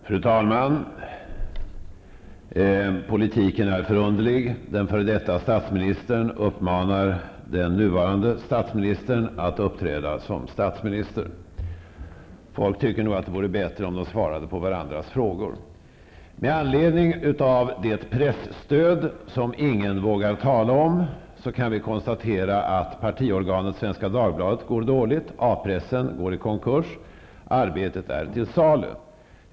Fru talman! Politiken är förunderlig. Den f.d. statsministern uppmanar den nuvarande statsministern att uppträda som statsminister. Folk tycker nog att det vore bättre om de svarade på varandras frågor. Med anledning av det presstöd som ingen vågar tala om kan vi konstatera att partiorganet Svenska Dagbladet går dåligt, att A-pressen går i konkurs och att Arbetet är till salu.